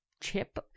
chip